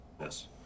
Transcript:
Yes